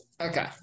Okay